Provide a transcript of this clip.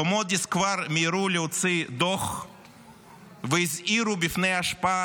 במוד'יס כבר מיהרו להוציא דוח והזהירו מפני ההשפעה